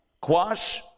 quash